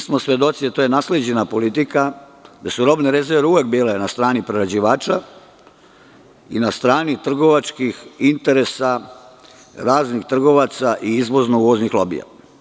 Svedoci smo, to je nasleđena politike, da su robne rezerve uvek bile na strani prerađivača i na strani trgovačkih interesa, raznih trgovaca i izvozno – uvoznih lobija.